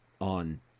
on